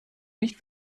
nicht